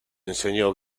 enseñó